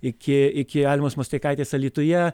iki iki almos mosteikaitės alytuje